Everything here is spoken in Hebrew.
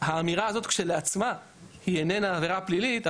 האמירה הזאת כשלעצמה היא איננה עבירה פלילית,